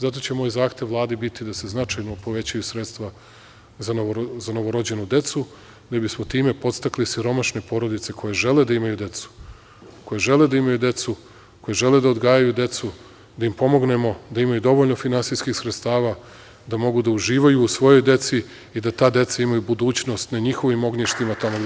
Zato će moj zahtev Vladi biti da se značajno povećaju sredstva za novorođenu decu, da bismo time podstakli siromašne porodice koje žele da imaju decu, koje žele da imaju decu, koje žele da odgajaju decu, da im pomognemo da imaju dovoljno finansijskih sredstava, da mogu da uživaju u svojoj deci i da ta deca imaju budućnost na njihovim ognjištima,